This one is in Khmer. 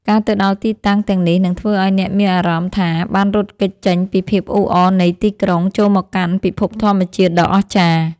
ការទៅដល់ទីតាំងទាំងនេះនឹងធ្វើឱ្យអ្នកមានអារម្មណ៍ថាបានរត់គេចចេញពីភាពអ៊ូអរនៃទីក្រុង ចូលមកកាន់ពិភពធម្មជាតិដ៏អស្ចារ្យ។